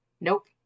nope